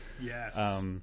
Yes